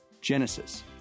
Genesis